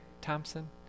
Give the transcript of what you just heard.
Thompson